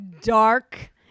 dark